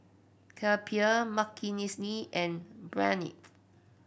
Kapil Makineni and Pranav